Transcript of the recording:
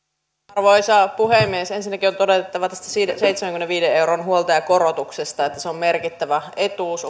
arvoisa puhemies ensinnäkin on todettava tästä seitsemänkymmenenviiden euron huoltajakorotuksesta että se on opiskelijaperheille merkittävä etuus